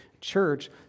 church